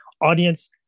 audience